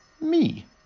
me